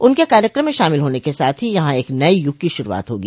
उनके कार्यक्रम में शामिल होने के साथ ही यहां एक नए युग की शुरुआत होगी